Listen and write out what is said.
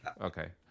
Okay